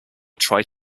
tried